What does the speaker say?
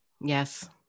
Yes